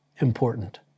important